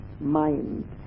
mind